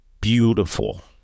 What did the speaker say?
beautiful